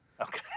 okay